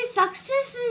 success